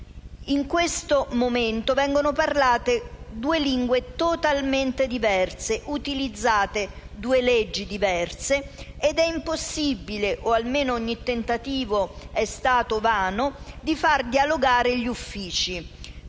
In questo momento vengono parlate due lingue totalmente diverse; utilizzate due leggi diverse; ed è impossibile o, almeno, ogni tentativo è stato vano, far dialogare gli uffici.